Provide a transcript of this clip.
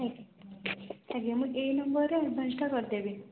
ଆଜ୍ଞା ଆଜ୍ଞା ମୁଁ ଏଇ ନମ୍ବରରେ ଆଡ଼ଭାନ୍ସଟା କରିଦେବି